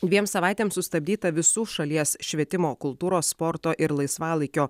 dviem savaitėms sustabdyta visų šalies švietimo kultūros sporto ir laisvalaikio